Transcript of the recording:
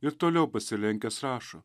ir toliau pasilenkęs rašo